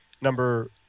number